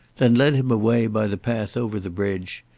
then led him away by the path over the bridge,